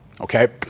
okay